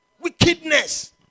wickedness